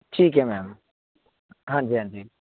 ਠੀਕ ਹੈ ਮੈਮ ਹਾਂਜੀ ਹਾਂਜੀ